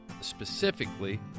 specifically